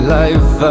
life